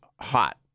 hot